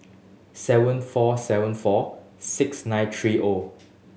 seven four seven four six nine three O